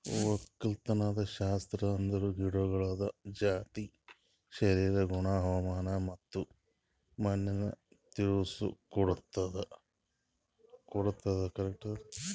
ಒಕ್ಕಲತನಶಾಸ್ತ್ರ ಅಂದುರ್ ಗಿಡಗೊಳ್ದ ಜಾತಿ, ಶರೀರ, ಗುಣ, ಹವಾಮಾನ ಮತ್ತ ಮಣ್ಣಿನ ತಿಳುಸ್ ಕೊಡ್ತುದ್